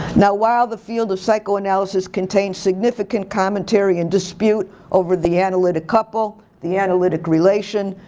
now while the field of psychoanalysis contains significant commentary and dispute over the analytic couple, the analytic relation,